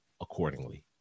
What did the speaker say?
accordingly